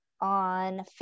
on